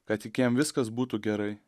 kad tik jam viskas būtų gerai